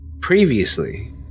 previously